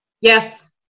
Yes